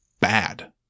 bad